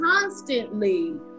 constantly